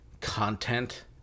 content